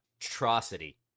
atrocity